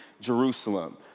Jerusalem